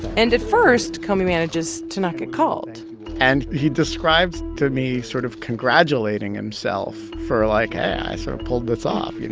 and at first, comey manages to not get called and he describes to me sort of congratulating himself for, like, hey, i sort of pulled this off, you know?